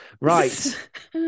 right